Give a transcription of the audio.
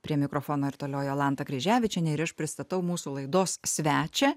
prie mikrofono ir toliau jolanta kryževičienė ir aš pristatau mūsų laidos svečią